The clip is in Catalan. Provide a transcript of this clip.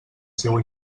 seu